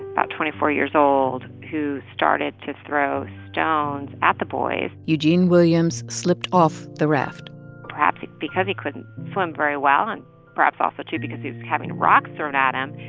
about twenty four years old, who started to throw stones at the boys eugene williams slipped off the raft perhaps because he couldn't swim very well and perhaps also, too, because he was having rocks thrown at him,